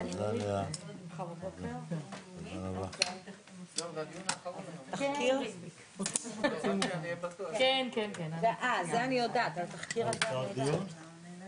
14:32.